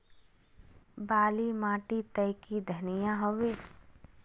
बाली माटी तई की धनिया होबे?